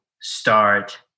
start